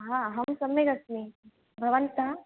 हा अहं सम्यगस्मि भवन्तः